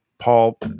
Paul